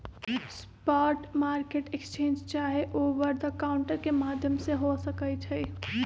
spot market exchange चाहे over the counter के माध्यम से हो सकइ छइ